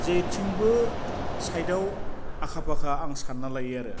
जेथिंबो साइदाव आखा फाखा आं सान्ना लायो आरो